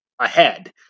ahead